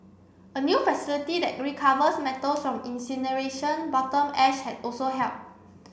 a new facility that recovers metals from incineration bottom ash had also helped